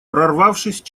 прорвавшись